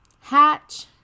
Hatch